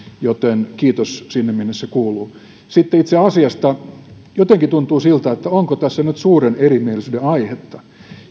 joten kiitos sinne minne se kuuluu sitten itse asiasta jotenkin tuntuu onko tässä nyt kuitenkaan suuren erimielisyyden aihetta